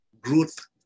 growth